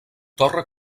torre